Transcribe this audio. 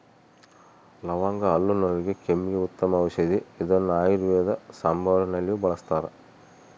ಲವಂಗ ಹಲ್ಲು ನೋವಿಗೆ ಕೆಮ್ಮಿಗೆ ಉತ್ತಮ ಔಷದಿ ಇದನ್ನು ಆಯುರ್ವೇದ ಸಾಂಬಾರುನಲ್ಲಿಯೂ ಬಳಸ್ತಾರ